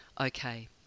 Okay